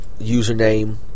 username